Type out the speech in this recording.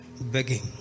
begging